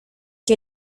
que